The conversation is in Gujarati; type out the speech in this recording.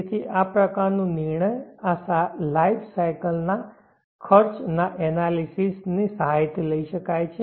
તેથી આ પ્રકારનો નિર્ણય આ લાઈફ સાયકલ ના ખર્ચ એનાલિસિસ ની સહાયથી લઈ શકાય છે